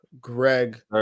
Greg